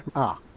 ah